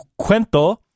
Cuento